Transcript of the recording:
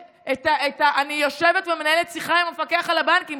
אני יושבת ומנהלת שיחה עם המפקח על הבנקים,